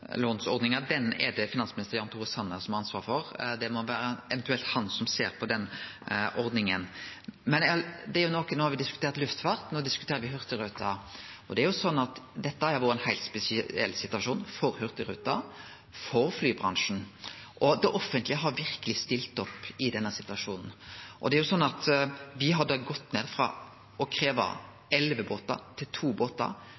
er det finansminister Jan Tore Sanner som har ansvaret for. Det må eventuelt vere han som ser på den ordninga. Me har diskutert luftfart, og no diskuterer me Hurtigruten, og det er jo slik at dette har vore ein heilt spesiell situasjon for Hurtigruten og for flybransjen, og det offentlege har verkeleg stilt opp i denne situasjonen. Det er jo slik at ein gjekk frå elleve båtar til to båtar